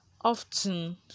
often